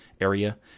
area